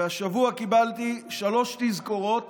והשבוע קיבלתי שלוש תזכורות